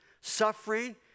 suffering